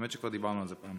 האמת שכבר דיברנו על זה פה.